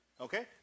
Okay